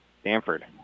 Stanford